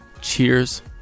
Cheers